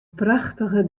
prachtige